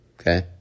Okay